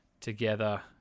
together